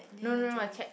no no no no I check